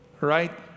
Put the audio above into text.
right